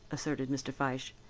assented mr. fyshe.